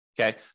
Okay